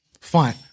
Fine